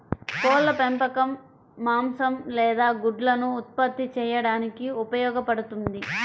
కోళ్ల పెంపకం మాంసం లేదా గుడ్లను ఉత్పత్తి చేయడానికి ఉపయోగపడుతుంది